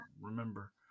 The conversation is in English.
Remember